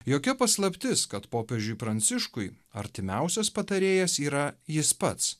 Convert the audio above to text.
jokia paslaptis kad popiežiui pranciškui artimiausias patarėjas yra jis pats